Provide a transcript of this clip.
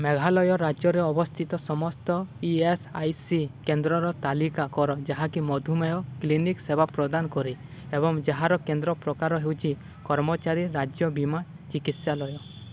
ମେଘାଳୟ ରାଜ୍ୟରେ ଅବସ୍ଥିତ ସମସ୍ତ ଇ ଏସ୍ ଆଇ ସି କେନ୍ଦ୍ରର ତାଲିକା କର ଯାହାକି ମଧୁମେହ କ୍ଲିନିକ୍ ସେବା ପ୍ରଦାନ କରେ ଏବଂ ଯାହାର କେନ୍ଦ୍ର ପ୍ରକାର ହେଉଛି କର୍ମଚାରୀ ରାଜ୍ୟ ବୀମା ଚିକିତ୍ସାଳୟ